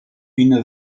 une